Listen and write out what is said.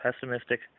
pessimistic